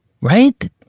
Right